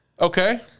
Okay